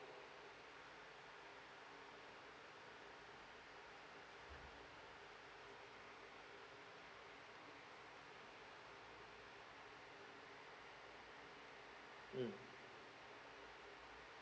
mm